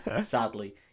sadly